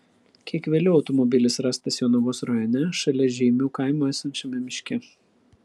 kiek vėliau automobilis rastas jonavos rajone šalia žeimių kaimo esančiame miške